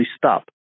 stop